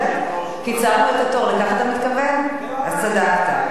נכון, גברתי?